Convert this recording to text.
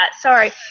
sorry